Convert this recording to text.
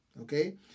Okay